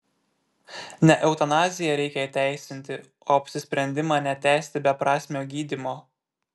ne eutanaziją reikia įteisinti o apsisprendimą netęsti beprasmio gydymo